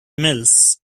mills